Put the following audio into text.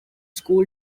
school